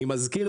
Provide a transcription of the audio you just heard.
אני מזכיר,